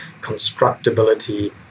constructability